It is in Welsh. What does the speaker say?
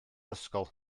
ysgol